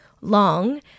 long